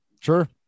sure